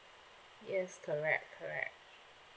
yes correct correct